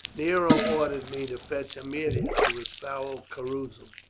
nero ordered me to fetch aemilia to his foul carousal.